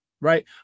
right